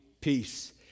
Peace